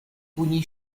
pougny